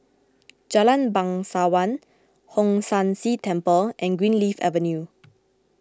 Jalan Bangsawan Hong San See Temple and Greenleaf Avenue